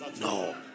No